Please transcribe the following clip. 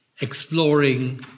exploring